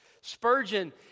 Spurgeon